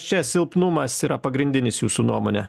čia silpnumas yra pagrindinis jūsų nuomone